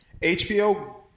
HBO